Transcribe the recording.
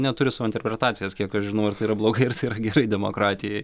neturiu savo interpretacijos kiek aš žinau ar tai yra blogai ar tai gerai demokratijoj